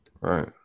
Right